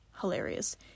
hilarious